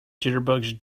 jitterbugs